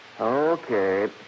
Okay